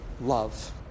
love